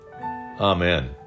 amen